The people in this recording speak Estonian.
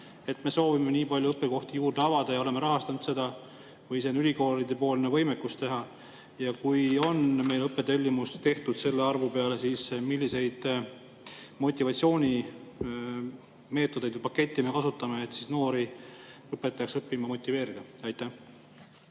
sest me soovime õppekohti juurde avada ja oleme rahastanud seda. Või on see ülikoolide võimekus seda teha? Ja kui on meil õppetellimus tehtud selle arvu peale, siis milliseid motivatsioonimeetodeid või ‑pakette me kasutame, et noori õpetajaks õppima motiveerida? Aitäh!